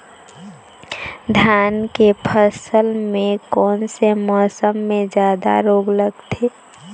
धान के फसल मे कोन से मौसम मे जादा रोग लगथे?